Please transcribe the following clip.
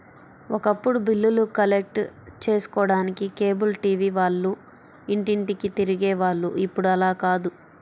ఒకప్పుడు బిల్లులు కలెక్ట్ చేసుకోడానికి కేబుల్ టీవీ వాళ్ళు ఇంటింటికీ తిరిగే వాళ్ళు ఇప్పుడు అలా కాదు